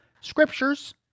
Scriptures